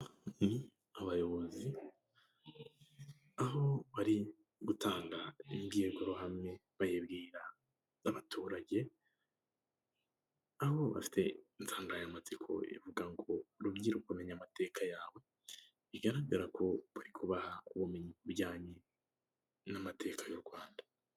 Ni abayobozi aho bari gutanga imbwirwaruhame bayibwira abaturage aho bafite insanganyamatsiko ivuga ngo urubyiruko menya amateka yawe, bigaragara ko bari kubaha ubumenyi ku bijyanye n'amateka y'u Rwanda.